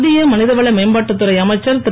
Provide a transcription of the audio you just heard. மத்திய மனிதவள மேம்பாட்டுத்துறை அமைச்சர் திரு